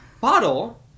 bottle